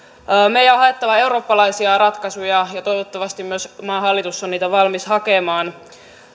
meidän on haettava eurooppalaisia ratkaisuja ja ja toivottavasti myös maan hallitus on niitä valmis hakemaan